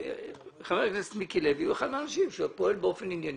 חבר הכנסת מיקי לוי הוא אחד האנשים שפועל באופן ענייני